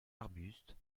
arbuste